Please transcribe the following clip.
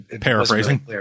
Paraphrasing